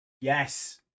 Yes